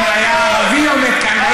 אם היה ערבי עומד כאן,